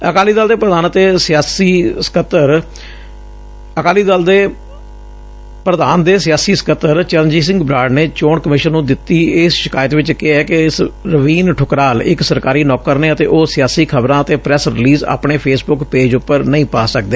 ਅਕਾਲੀ ਦਲ ਦੇ ਪ੍ਧਾਨ ਦੇ ਸਿਆਸੀ ਸਕੱਤਰ ਚਰਨਜੀਤ ਸਿੰਘ ਬਰਾਤ ਨੇ ਚੋਣ ਕਮਿਸ਼ਨ ਨੂੰ ਦਿੱਤੀ ਇਸ ਸ਼ਿਕਾਇਤ ਵਿਚ ਕਿਹੈ ਕਿ ਰਵੀਨ ਠੁਕਰਾਲ ਇਕ ਸਰਕਾਰੀ ਨੌਕਰ ਨੇ ਅਤੇ ਉਹ ਸਿਆਸੀ ਖ਼ਬਰਾਂ ਅਤੇ ਪ੍ਰੈਸ ਰਿਲੀਜ਼ ਆਪਣੇ ਫੇਸਬੁੱਕ ਪੇਜ ਉਪਰ ਨਹੀਂ ਪਾ ਸਕਦੇ